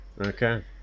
Okay